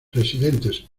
residentes